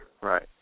Right